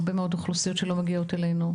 יש הרבה מאוד אוכלוסיות שלא מגיעות אלינו,